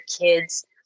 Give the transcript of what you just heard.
kids